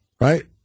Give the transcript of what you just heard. right